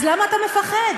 אז למה אתה מפחד?